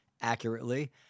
accurately